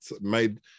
made